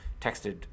texted